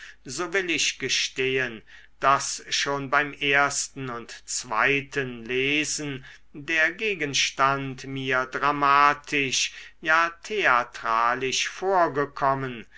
so will ich gestehen daß schon beim ersten und zweiten lesen der gegenstand mir dramatisch ja theatralisch vorgekommen